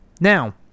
Now